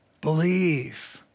Believe